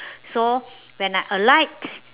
so when I alight